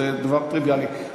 זה דבר טריוויאלי.